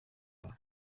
rayon